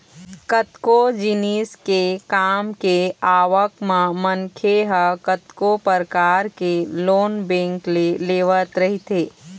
कतको जिनिस के काम के आवक म मनखे ह कतको परकार के लोन बेंक ले लेवत रहिथे